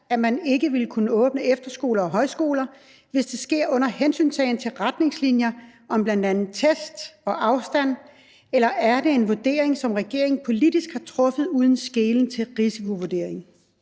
at man ikke vil kunne åbne efterskoler og højskoler, hvis det sker under hensyntagen til retningslinjer om bl.a. test og afstand, eller er det en vurdering, som regeringen politisk har truffet uden skelen til risikovurderinger?